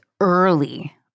early